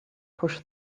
push